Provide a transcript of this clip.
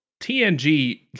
TNG